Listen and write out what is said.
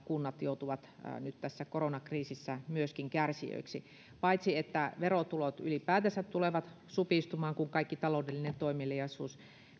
kunnat joutuvat nyt tässä koronakriisissä myöskin kärsijöiksi paitsi että verotulot ylipäätänsä tulevat supistumaan kun kaikki taloudellinen toimeliaisuus